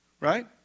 Right